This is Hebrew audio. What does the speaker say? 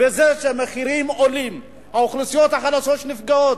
מזה שהמחירים עולים והאוכלוסיות החלשות נפגעות?